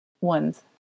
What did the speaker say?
ones